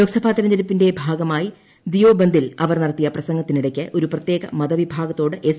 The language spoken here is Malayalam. ലോക്സഭാ തിരഞ്ഞെടുപ്പിന്റെ ഭാഗമായി ദിയോബന്ദിൽ അവർ നടത്തിയ പ്രസംഗത്തിനിടയ്ക്ക് ഒരു പ്രത്യേക മതവിഭാഗത്തോട് എസ്